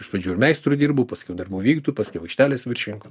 iš pradžių ir meistru dirbau paskiau darbųi vykdytoju paskiau aikštelės viršininku